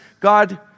God